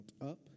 up